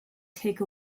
take